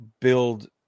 build